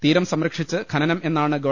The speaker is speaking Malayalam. തീരം സംരക്ഷിച്ച് ഖനനം എന്നാണ് ഗവ